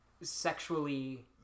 sexually